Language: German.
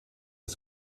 des